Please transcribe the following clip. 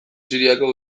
siriako